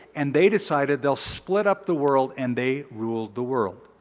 and they decided they'll split up the world and they ruled the world.